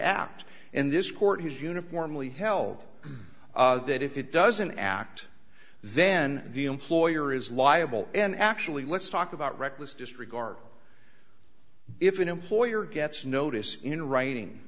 act in this court has uniformly held that if it doesn't act then the employer is liable and actually let's talk about reckless disregard if an employer gets notice in writing